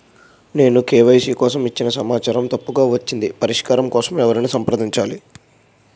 నేను కే.వై.సీ కోసం ఇచ్చిన సమాచారం తప్పుగా వచ్చింది పరిష్కారం కోసం ఎవరిని సంప్రదించాలి?